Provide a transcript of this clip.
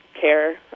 care